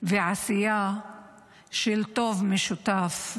ובעשייה של טוב משותף.